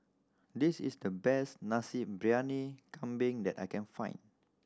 this is the best Nasi Briyani Kambing that I can find